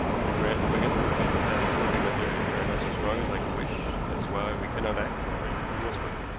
i grant, wigan, that the facts supporting my theory are not so strong as i could wish that is why we cannot act, why we must wait.